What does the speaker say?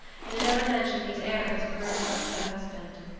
and had never mentioned these errands of mercy to her husband.